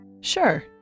Sure